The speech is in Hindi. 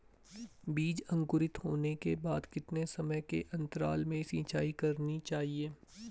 बीज अंकुरित होने के बाद कितने समय के अंतराल में सिंचाई करनी चाहिए?